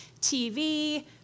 TV